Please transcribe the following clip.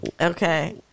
okay